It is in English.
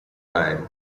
ryan